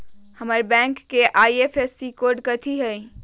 हमर बैंक के IFSC code कथि हई?